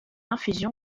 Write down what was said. infusion